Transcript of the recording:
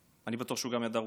אני בטוח שהוא גם ידע רוסית,